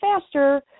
faster